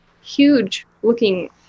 huge-looking